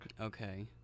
Okay